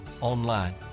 online